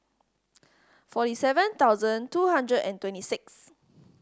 forty seven thousand two hundred and twenty six